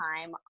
time